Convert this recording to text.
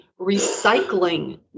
recycling